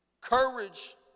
Courage